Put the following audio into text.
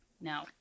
No